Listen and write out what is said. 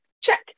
Check